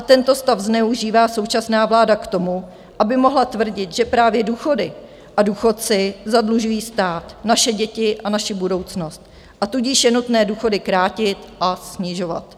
Tento stav zneužívá současná vláda k tomu, aby mohla tvrdit, že právě důchody a důchodci zadlužují stát, naše děti a naši budoucnost, tudíž je nutné důchody krátit a snižovat.